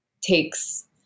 takes